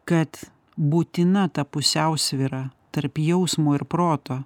kad būtina ta pusiausvyra tarp jausmo ir proto